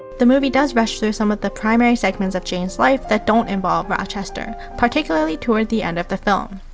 the movie does rush through some of the primary segments of jane's life that don't involve rochester, particularly toward the end of the film.